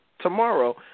Tomorrow